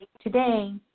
Today